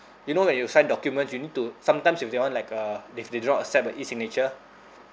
you know when you sign documents you need to sometimes if they want like uh if they do not accept a E-signature